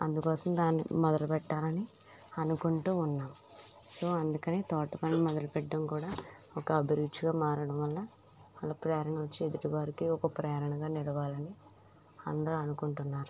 అందుకోసం దాన్ని మొదలు పెట్టాలని అనుకుంటూ ఉన్నా సో అందుకనే తోటపని మొదలు పెట్టడం కూడా ఒక అభిరుచిగా మారడం వల్ల వాళ్ళ ప్రేరణ వచ్చి ఎదుటివారికే ఒక ప్రేరణగా నిలవాలి అని అందరూ అనుకుంటున్నారు